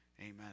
Amen